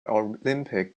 olympic